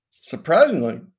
surprisingly